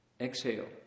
exhale